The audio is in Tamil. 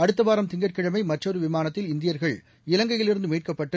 அடுத்தவாரம் திங்கட்கிழமைமற்றொருவிமானத்தில் இந்தியர்கள் இலங்கையில் இருந்துமீட்கப்பட்டு